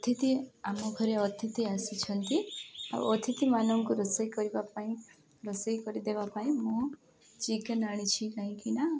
ଅତିଥି ଆମ ଘରେ ଅତିଥି ଆସିଛନ୍ତି ଆଉ ଅତିଥିମାନଙ୍କୁ ରୋଷେଇ କରିବା ପାଇଁ ରୋଷେଇ କରିଦେବା ପାଇଁ ମୁଁ ଚିକେନ୍ ଆଣିଛି କାହିଁକିନା